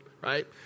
right